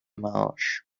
معاش